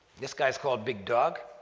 this guy is called big dog.